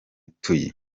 tuyi